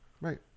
Right